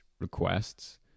requests